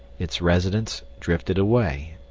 its residents drifted away,